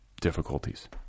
difficulties